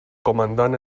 comandant